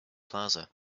plaza